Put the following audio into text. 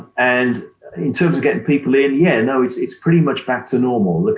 and in terms of getting people in, yeah you know it's it's pretty much back to normal.